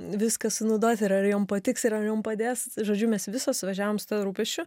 viską sunaudot ir ar jom patiks ir ar jom padės žodžiu mes visos važiavom su tuo rūpesčiu